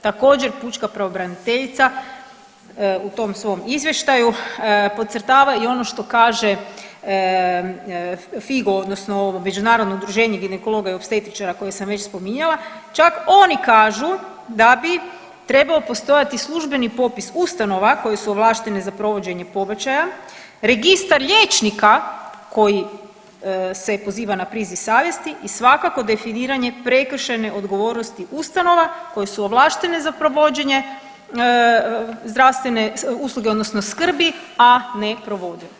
Također, pučka pravobraniteljica u tom svom izvještaju podcrtava i ono što kaže FIGO odnosno ovo Međunarodno udruženje ginekologa i opstetičara koje sam već spominjala, čak oni kažu da bi trebao postojati službeni popis ustanova koje su ovlaštene za provođenje pobačaja, registar liječnika koji se poziva na priziv savjesti i svakako definiranje prekršajne odgovornosti ustanova koje su ovlaštene za provođenje zdravstvene usluge, odnosno skrbi, a ne provode.